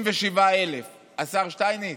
37,000. השר שטייניץ,